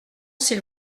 s’il